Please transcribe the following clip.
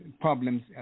problems